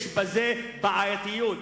יש בזה בעייתיות.